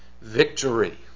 victory